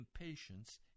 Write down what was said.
Impatience